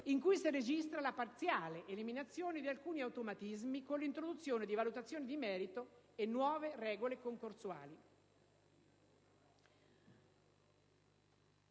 in cui si registra la parziale eliminazione di alcuni automatismi e l'introduzione di valutazioni di merito e nuove regole concorsuali.